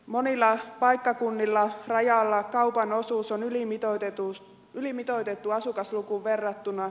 monilla paikkakunnilla rajalla kaupan osuus on ylimitoitettu asukaslukuun verrattuna